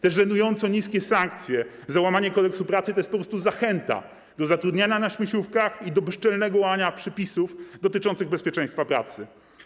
Te żenująco niskie sankcje za łamanie Kodeksu pracy to jest po prostu zachęta do zatrudniania na śmieciówkach i do bezczelnego łamania przepisów dotyczących bezpieczeństwa pracy.